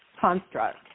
construct